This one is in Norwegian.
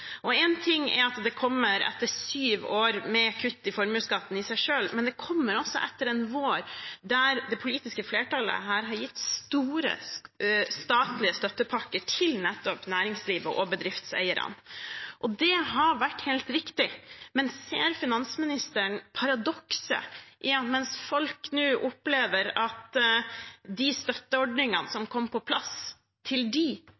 ting er at det kommer etter syv år med kutt i formuesskatten, men det kommer også etter en vår der det politiske flertallet her har gitt store statlige støttepakker til nettopp næringslivet og bedriftseierne. Det har vært helt riktig, men ser finansministeren paradokset i at mens folk nå opplever at de støtteordningene som kom på plass til